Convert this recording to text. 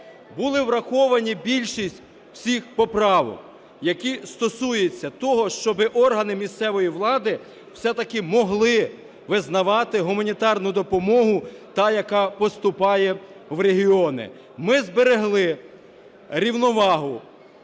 Були враховані більшість всіх поправок, які стосуються того, щоб органи місцевої влади все-таки могли визнавати гуманітарну допомогу, та, яка поступає в регіони. Ми зберегли рівновагу